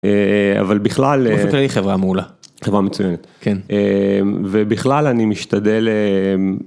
אבל בכלל חברה מעולה חברה מצוינת ובכלל אני משתדל.